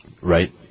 Right